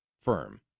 firm